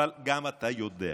אבל גם אתה יודע,